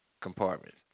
compartment